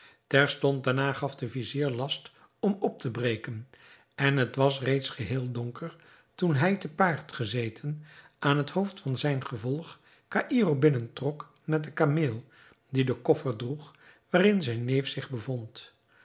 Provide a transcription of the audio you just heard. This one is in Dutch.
terstond daarna gaf de vizier last om op te breken en het was reeds geheel donker toen hij te paard gezeten aan het hoofd van zijn gevolg caïro binnentrok met den kameel die den koffer droeg waarin zijn neef zich bevond